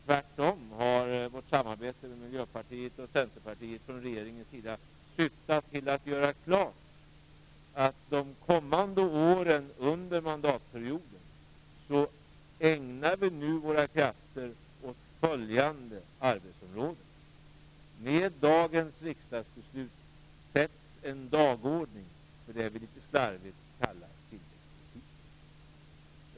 Tvärtom har regeringens samarbete med Miljöpartiet och Centerpartiet syftat till att göra klart att vi under de kommande åren av mandatperioden skall ägna våra krafter åt en rad arbetsområden. Med dagens riksdagsbeslut sätts en dagordning för det som vi litet slarvigt kallar tillväxtpolitiken.